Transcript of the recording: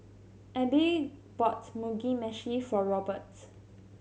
Abe bought Mugi Meshi for Robert